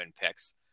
picks